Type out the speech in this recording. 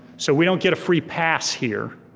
so we don't get a free pass here,